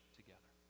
together